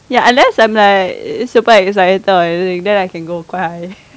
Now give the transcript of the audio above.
ya unless I'm like super excited to talk then I can go quite high